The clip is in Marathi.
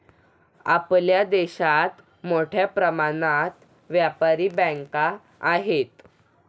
आपल्या देशात मोठ्या प्रमाणात व्यापारी बँका आहेत